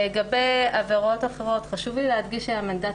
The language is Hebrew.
לגבי עבירות אחרות חשוב לי להדגיש שהמנדט